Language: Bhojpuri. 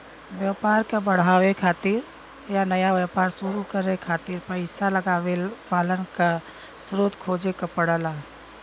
व्यापार क बढ़ावे खातिर या नया व्यापार शुरू करे खातिर पइसा लगावे वालन क स्रोत खोजे क पड़ला